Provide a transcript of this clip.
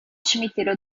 cimitero